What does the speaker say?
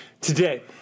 Today